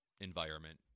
environment